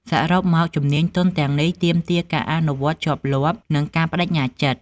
សរុបមក ជំនាញទន់ទាំងនេះទាមទារការអនុវត្តជាប់លាប់និងការប្តេជ្ញាចិត្ត។